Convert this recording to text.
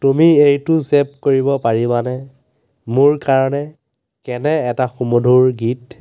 তুমি এইটো ছে'ভ কৰিব পাৰিবানে মোৰ কাৰণে কেনে এটা সুমধুৰ গীত